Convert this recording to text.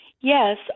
Yes